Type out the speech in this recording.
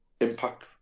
Impact